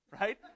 right